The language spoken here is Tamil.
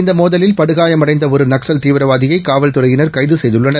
இந்த மோதலில் படுகாயமடைந்த ஒரு நக்சல் தீவிரவாதியை காவல்துறையினர் கைது செய்துள்ளனர்